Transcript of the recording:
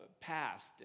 passed